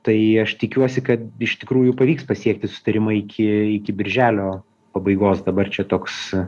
tai aš tikiuosi kad iš tikrųjų pavyks pasiekti susitarimą iki iki birželio pabaigos dabar čia toks